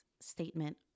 statement